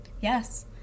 yes